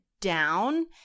down